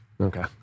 Okay